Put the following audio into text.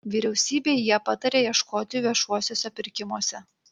vyriausybei jie pataria ieškoti viešuosiuose pirkimuose